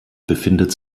befindet